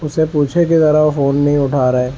اس سے پوچھیں کہ میرا وہ فون نہیں اٹھا رہا ہے